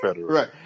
right